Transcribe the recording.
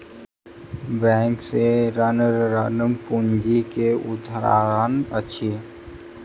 bank से ऋण, ऋण पूंजी के उदाहरण अछि